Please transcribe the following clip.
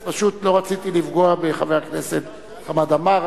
אז לא רציתי לפגוע בחבר הכנסת חמד עמאר,